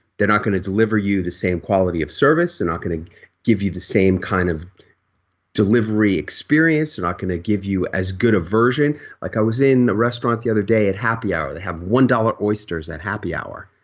they're not going to deliver you the same quality of service, and they're give you the same kind of delivery experience. they're not going to give you as good a version like i was in the restaurant the other day at happy hour. they have one dollar oysters at happy hour.